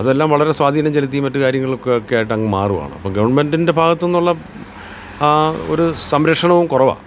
അതെല്ലാം വളരെ സ്വാധീനം ചെലുത്തിയും മറ്റ് കാര്യങ്ങൾക്കൊക്കെ ആയിട്ട് അങ്ങ് മാറുവാണ് അപ്പോൾ ഗവൺമെൻ്റിൻ്റെ ഭാഗത്തുനിന്നുള്ള ആ ഒരു സംരക്ഷണവും കുറവാണ്